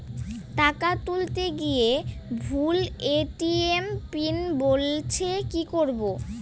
টাকা তুলতে গিয়ে ভুল এ.টি.এম পিন বলছে কি করবো?